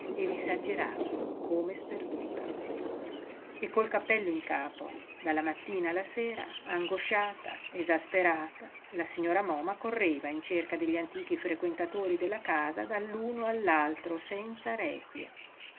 e vi s'aggirava come sperduta e col cappello in capo dalla mattina alla sera angosciata esasperata la signora moma correva in cerca degli antichi frequentatori della casa dall'uno all'altro senza requie